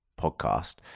podcast